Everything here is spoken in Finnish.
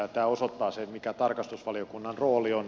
tämä osoittaa sen mikä tarkastusvaliokunnan rooli on